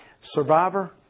survivor